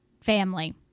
family